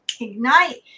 ignite